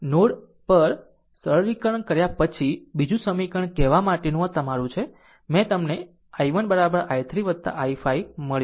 node at પર પણ સરળીકરણ કર્યા પછી બીજું સમીકરણ કહેવા માટેનું આ તમારું છે મેં તમને i1 i3 i5 મળ્યું